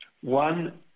One